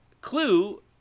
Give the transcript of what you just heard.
Clue